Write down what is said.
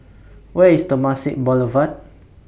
Where IS Temasek Boulevard